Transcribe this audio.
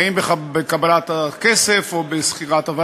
האם בקבלת הכסף או בשכירת עובד.